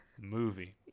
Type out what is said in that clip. movie